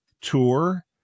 Tour